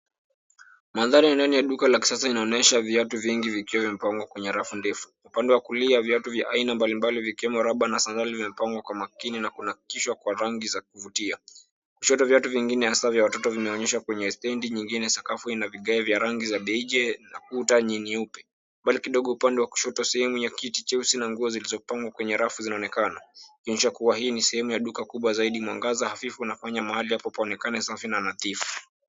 Mandhari ya ndani ya duka la kisasa inaonyesha viatu vingi vikiwa vimepangwa kwenye rafu ndefu. Upande wa kulia viatu vya aina mbalimbali vikiwemo raba na sandali vimepangwa kwa makini na kuhakikishwa kwa rangi za kuvutia. Kushoto, viatu vingine hasa vya watoto vimeonyeshwa kwenye stendi nyingine. Sakafu ina vigae vya rangi za beige na kuta ni nyeupe. Mbali kidogo upande wa kushoto, sehemu ya kiti cheusi na nguo zilizopangwa kwenye rafu zinaonekana, ikionyesha kuwa hii ni sehemu ya duka kubwa zaidi. Mwangaza hafifu unafanya mahali hapo paonekane safi na nadhifu.